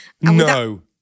No